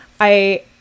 I-